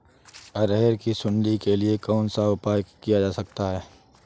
अरहर की सुंडी के लिए कौन सा उपाय किया जा सकता है?